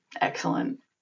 Excellent